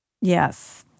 Yes